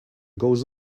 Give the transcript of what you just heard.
goes